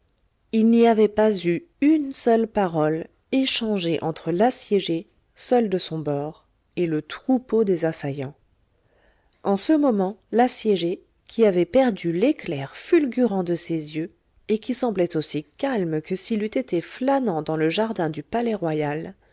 il n'y avait pas eu une seule parole échangée entre l'assiégé seul de son bord et le troupeau des assaillants en ce moment l'assiégé qui avait perdu l'éclair fulgurant de ses yeux et qui semblait aussi calme que s'il eût été flânant dans le jardin du